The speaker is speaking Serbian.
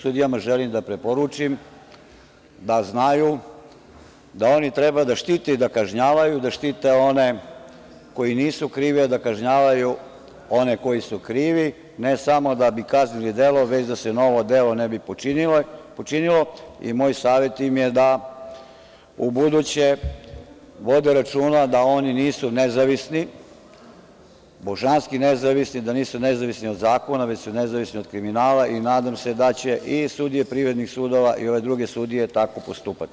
Sudijama želim da preporučim da znaju da oni treba da štite i da kažnjavaju, da štite one koji nisu krivi, a da kažnjavaju one koji su krivi, ne samo da bi kaznili delo, već da se novo delo ne bi počinilo i moj savet im je da ubuduće vode računa da oni nisu nezavisni, božanski nezavisni, da nisu nezavisni od zakona, već su nezavisni od kriminala i nadam se da će i sudije privrednih sudova i ove druge sudije tako postupati.